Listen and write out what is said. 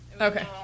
okay